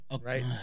right